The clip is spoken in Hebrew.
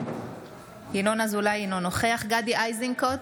אינו נוכח גדי איזנקוט,